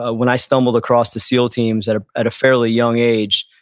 ah when i stumbled across the seal teams at at a fairly young age,